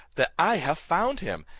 that i have found him,